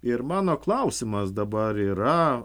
ir mano klausimas dabar yra